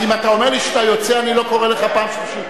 אם אתה אומר לי שאתה יוצא אני לא קורא לך פעם שלישית.